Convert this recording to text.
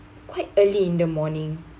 quite early in the morning